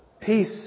Peace